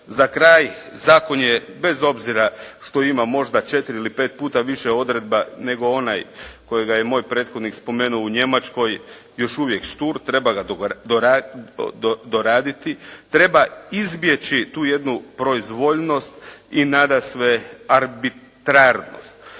Za kraj, zakon je bez obzira što ima možda 4 ili 5 puta više odredbi nego onaj kojega je moj prethodnik spomenuo u Njemačkoj, još uvijek štur, treba ga doraditi, treba izbjeći tu jednu proizvoljnost i nadasve arbitrarnost.